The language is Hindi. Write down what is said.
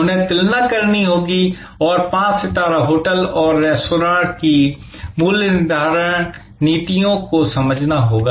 उन्हें तुलना करनी होगी और पांच सितारा होटल और रेस्तरां की मूल्य निर्धारण नीतियों को समझना होगा